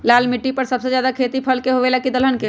लाल मिट्टी पर सबसे ज्यादा खेती फल के होला की दलहन के?